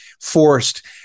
forced